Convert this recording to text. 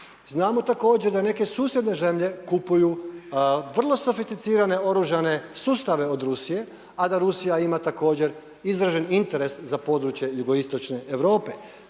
Znamo također da neke susjedne zemlje kupuju vrlo sofisticirane oružane sustave od Rusije a da Rusija ima također izražen interes za područje jugoistočne Europe.